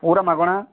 ପୁରା ମାଗଣା